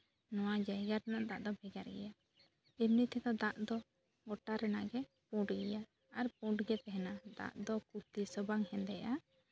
ᱱᱚᱣᱟ ᱡᱟᱭᱜᱟ ᱨᱮᱱᱟᱜ ᱫᱟᱜ ᱫᱚ ᱵᱷᱮᱜᱟᱨ ᱜᱮᱭᱟ ᱮᱢᱱᱤ ᱛᱮᱫᱚ ᱫᱟᱜ ᱫᱚ ᱜᱳᱴᱟ ᱨᱮᱱᱟᱜ ᱜᱮ ᱯᱩᱸᱰ ᱜᱮᱭᱟ ᱟᱨ ᱯᱩᱸᱰ ᱜᱮ ᱛᱟᱦᱮᱱᱟ ᱟᱨ ᱫᱟᱜ ᱫᱚ ᱛᱤᱸᱥ ᱦᱚᱸ ᱵᱟᱝ ᱦᱮᱸᱫᱮᱜᱼᱟ